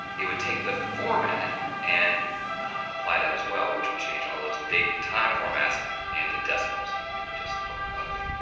it would take the format and apply that as well which would change all those date and time formats into decimals and it would judt look ugly,